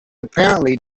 apparently